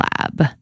Lab